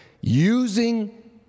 using